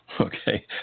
Okay